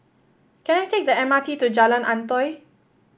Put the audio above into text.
can I take the M R T to Jalan Antoi